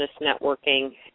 networking